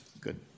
Good